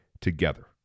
together